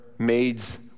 maids